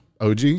OG